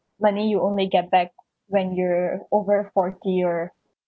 money you only get back when you're over forty or